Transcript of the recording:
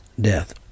death